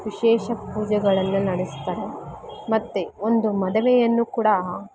ವಿಶೇಷ ಪೂಜೆಗಳನ್ನು ನಡೆಸ್ತಾರೆ ಮತ್ತು ಒಂದು ಮದುವೆಯನ್ನೂ ಕೂಡ